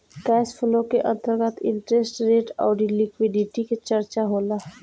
cash flow के अंतर्गत interest rate अउरी लिक्विडिटी के चरचा होला